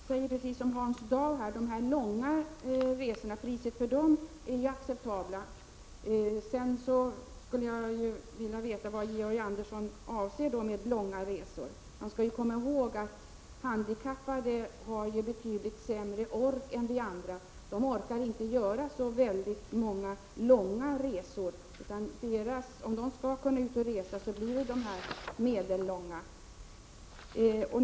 Fru talman! Jag anser i likhet med Hans Dau att priset för de långa resorna är acceptabelt, men jag skulle vilja veta vad Georg Andersson avser med långa resor. Man skall komma ihåg att handikappade har betydligt mindre krafter än vi andra, och de orkar inte med så väldigt många långa resor. I de flesta fall är det för dem fråga om medellånga resor.